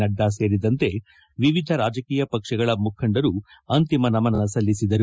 ನಡ್ಡಾ ಸೇರಿದಂತೆ ವಿವಿಧ ರಾಜಕೀಯ ಪಕ್ಷಗಳ ಮುಖಂಡರು ಅಂತಿಮ ನಮನ ಸಲ್ಲಿಸಿದರು